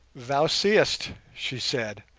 thou seest she said,